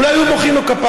אולי היו מוחאים לו כפיים.